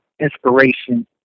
inspiration